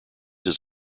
his